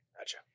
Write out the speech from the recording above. gotcha